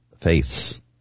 faiths